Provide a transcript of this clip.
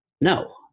no